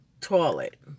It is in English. toilet